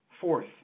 Fourth